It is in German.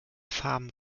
farben